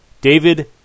David